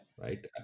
right